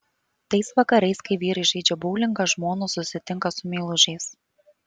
tais vakarais kai vyrai žaidžia boulingą žmonos susitinka su meilužiais